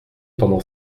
pendant